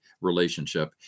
relationship